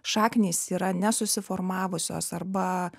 šaknys yra nesusiformavusios arba